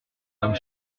comme